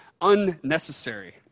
unnecessary